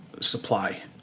supply